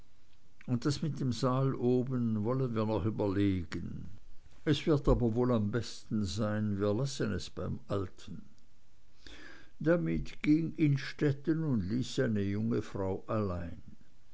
und das mit dem saal oben wollen wir noch überlegen es wird aber wohl am besten sein wir lassen es beim alten damit ging innstetten und ließ seine junge frau allein